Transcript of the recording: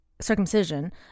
circumcision